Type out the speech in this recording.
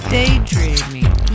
Daydreaming